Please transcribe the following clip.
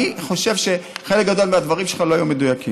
אני חושב שחלק גדול מהדברים שלך לא היו מדויקים.